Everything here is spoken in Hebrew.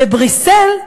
בבריסל,